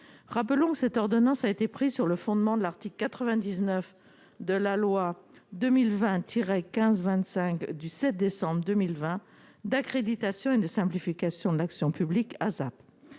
rappelons que cette ordonnance a été prise sur le fondement de l'article 99 de la loi 2020 tiret 15 25 du 7 décembre 2020 d'accréditation, une simplification de l'action publique